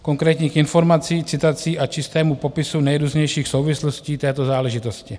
Konkrétních informací, citací a čistému popisu nejrůznějších souvislostí této záležitosti.